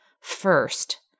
first